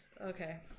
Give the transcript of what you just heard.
Okay